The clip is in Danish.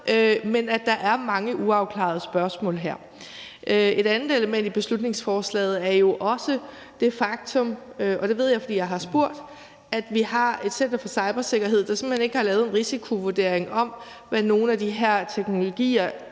men der er mange uafklarede spørgsmål her. Et andet element i beslutningsforslaget er jo også det faktum, og det ved jeg, fordi jeg har spurgt, at vi har et Center for Cybersikkerhed, der simpelt hen ikke har lavet en risikovurdering af, hvad nogle af de her teknologier